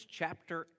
chapter